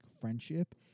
friendship